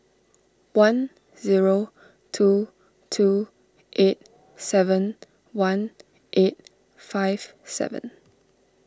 one zero two two eight seven one eight five seven